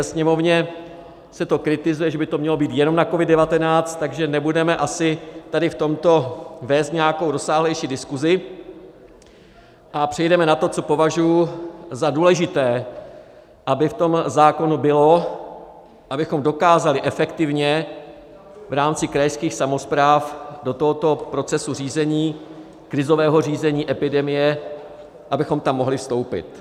Sněmovně se to kritizuje, že by to mělo být jenom na COVID19, takže nebudeme asi tady v tomto vést nějakou rozsáhlejší diskusi a přejdeme na to, co považuji za důležité, aby v tom zákonu bylo, abychom dokázali efektivně v rámci krajských samospráv do tohoto procesu řízení, krizového řízení epidemie, abychom tam mohli vstoupit.